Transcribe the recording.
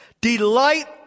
Delight